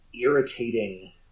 irritating